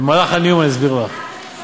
במהלך הנאום אני אסביר לך.